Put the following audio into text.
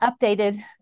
updated